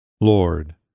Lord